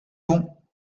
bon